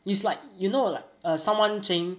is like you know like eh someone cheng~